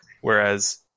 Whereas